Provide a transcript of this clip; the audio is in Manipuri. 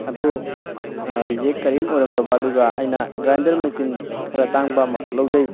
ꯑꯗꯨ ꯔꯤꯖꯦꯛ ꯀꯔꯤꯝ ꯑꯣꯏꯔꯝꯗꯕ ꯑꯗꯨꯒ ꯑꯩꯅ ꯒ꯭ꯔꯥꯏꯟꯗꯔ ꯃꯦꯆꯤꯟ ꯈꯔ ꯇꯥꯡꯕ ꯑꯃꯈꯛ ꯂꯧꯖꯩ